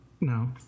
no